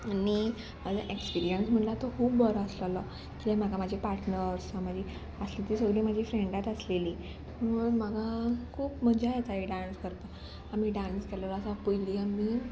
आनी म्हाजो एक्सपिरियन्स म्हणल्यार तो खूब बरो आसलेलो किद्याक म्हाका म्हाजे पार्टनर असो म्हाजी आसली ती सगळी म्हाजी फ्रेंडाच आसलेली म्हण म्हाका खूब मजा येता डांस करता आमी डांस केलेलो आसा पयली आमी